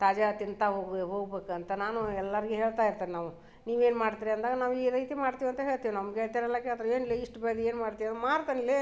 ತಾಜಾ ತಿಂತಾ ಹೋಗ್ ಹೋಗ್ಬೇಕು ಅಂತ ನಾನು ಎಲ್ಲರ್ಗೆ ಹೇಳ್ತಾ ಇರ್ತೇನೆ ನಾವು ನೀವು ಏನು ಮಾಡ್ತೀರಿ ಅಂದಾಗ ನಾವು ಈ ರೀತಿ ಮಾಡ್ತೀವಿ ಅಂತ ಹೇಳ್ತೀವಿ ನಮ್ಮ ಗೆಳ್ತಿಯರೆಲ್ಲ ಕೇಳ್ತಾರೆ ಏನ್ಲಿ ಇಷ್ಟು ಬೆಳ್ದು ಏನು ಮಾಡ್ತೀರಾ ಮಾರ್ತನ್ಲೇ